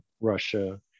Russia